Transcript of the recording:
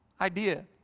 idea